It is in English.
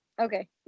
Okay